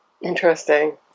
Interesting